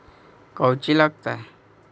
कौची लगतय?